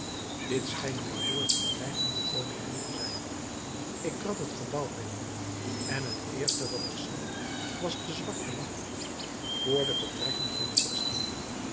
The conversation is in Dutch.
dit scheen mij toe het verblijf van de koningin te zijn ik trad het gebouw binnen en het eerste wat ik zag was de zwarte wacht vr de vertrekken van de